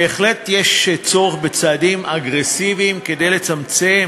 בהחלט יש צורך בצעדים אגרסיביים כדי לצמצם